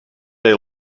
they